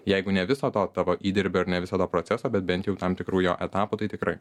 jeigu ne viso to tavo įdirbio ir ne visada proceso bet bent jau tam tikrų jo etapų tai tikrai